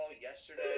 yesterday